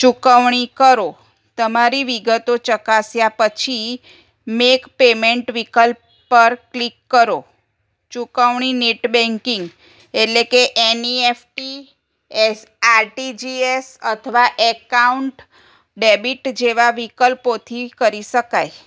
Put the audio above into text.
ચુકવણી કરો તમારી વિગતો ચકાસ્યા પછી મેક પેમેન્ટ વિકલ્પ પર ક્લિક કરો ચુકવણી નેટ બેન્કિંગ એટલે કે એનઈએફટી એસ આરટીજીએસ અથવા એકાઉન્ટ ડેબિટ જેવા વિકલ્પોથી કરી શકાય